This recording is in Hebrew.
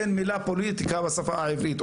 אין את המילה פוליטיקה בשפה העברית,